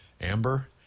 Amber